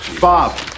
Bob